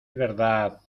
verdad